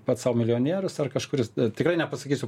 pats sau milijonierius ar kažkuris tikrai nepasakysiu